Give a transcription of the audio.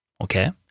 Okay